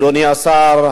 אדוני השר,